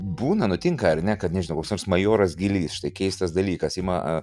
būna nutinka ar ne kad nežinau koks nors majorasgilys štai keistas dalykas ima